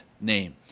name